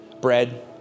bread